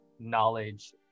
Knowledge